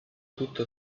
tutto